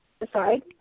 aside